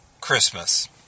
Christmas